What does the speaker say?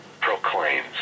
proclaims